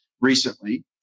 recently